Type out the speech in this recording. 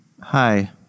Hi